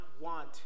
want